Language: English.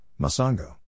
Masango